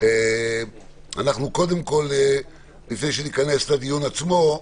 לפני שניכנס לדיון עצמו,